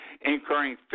incurring